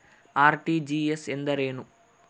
RTGS ಎಂದರೇನು?